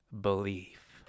belief